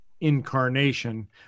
incarnation